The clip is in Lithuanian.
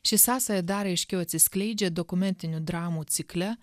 ši sąsaja dar aiškiau atsiskleidžia dokumentinių dramų cikle